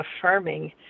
affirming